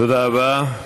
תודה רבה.